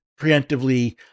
preemptively